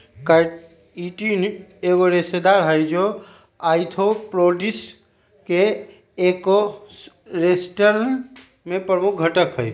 chitin एक रेशेदार हई, जो आर्थ्रोपोड्स के एक्सोस्केलेटन में प्रमुख घटक हई